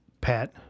Pat